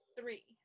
Three